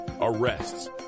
arrests